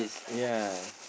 ya